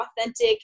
authentic